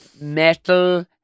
Metal